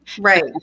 Right